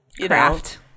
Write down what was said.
craft